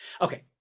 Okay